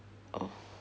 oh